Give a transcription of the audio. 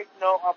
No